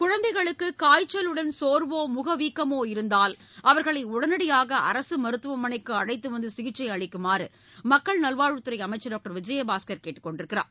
குழந்தைகளுக்கு காய்ச்சலுடன் சோர்வோ முகம் வீக்கமாகவோ இருந்தால் அவர்களை உடனடியாக அரசு மருத்துவமனைக்கு அழைத்து வந்து சிகிச்சை அளிக்குமாறு மக்கள் நல்வாழ்வுத் துறை அமைச்சர் டாக்டர் விஜயபாஸ்கர் கேட்டுக் கொண்டுள்ளார்